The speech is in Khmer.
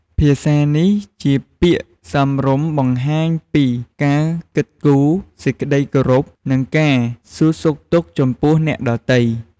ភាសានេះ ជាពាក្យសមរម្យ បង្ហាញ ពីការគិតគូរ សេចក្ដីគោរព និងការសួរសុខទុក្ខ ចំពោះអ្នកដទៃ។